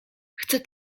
chcę